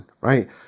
right